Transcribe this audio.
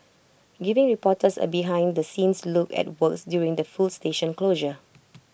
giving reporters A behind the scenes look at works during the full station closure